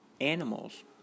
Animals